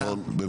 נכון.